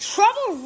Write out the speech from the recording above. Trouble